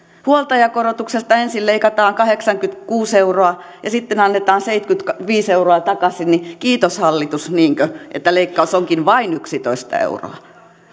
huoltajakorotuksesta ensin leikataan kahdeksankymmentäkuusi euroa ja sitten annetaan seitsemänkymmentäviisi euroa takaisin niin kiitos hallitus niinkö että leikkaus onkin vain yksitoista euroa